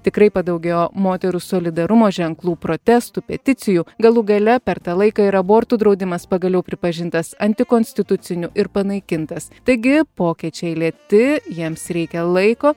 tikrai padaugėjo moterų solidarumo ženklų protestų peticijų galų gale per tą laiką ir abortų draudimas pagaliau pripažintas antikonstituciniu ir panaikintas taigi pokyčiai lėti jiems reikia laiko